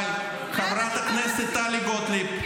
אבל חברת הכנסת טלי גוטליב,